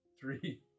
Three